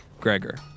Gregor